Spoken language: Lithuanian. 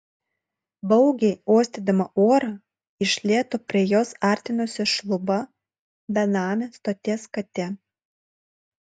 baugiai uostydama orą iš lėto prie jos artinosi šluba benamė stoties katė